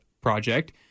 Project